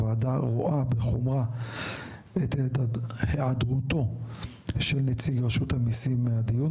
5. הוועדה רואה בחומרה את היעדרותו של נציג רשות המיסים מהדיון.